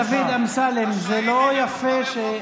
עזוב, השהידים, חבר הכנסת דוד אמסלם, זה לא יפה.